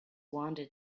wanted